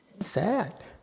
sad